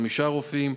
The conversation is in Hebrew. חמישה רופאים,